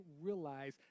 realize